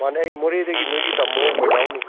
ꯃꯥꯅꯦ ꯑꯩ ꯃꯣꯔꯦꯗꯒꯤ ꯅꯣꯏꯒꯤ ꯇꯥꯃꯣ ꯕꯣꯏꯅꯥꯎꯅꯤ